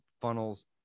funnels